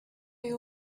you